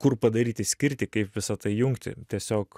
kur padaryti skirti kaip visa tai jungti tiesiog